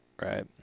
Right